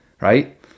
right